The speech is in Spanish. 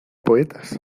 poetas